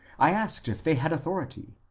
i asked if they had authority.